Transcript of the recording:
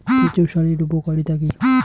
কেঁচো সারের উপকারিতা?